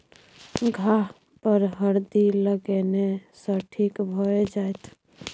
घाह पर हरदि लगेने सँ ठीक भए जाइत